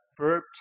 verb